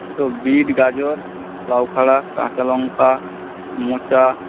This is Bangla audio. তো বীট গাজর লাউখাড়া কাঁচালঙ্কা মোচা